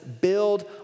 build